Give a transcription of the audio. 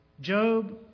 Job